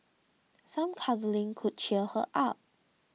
some cuddling could cheer her up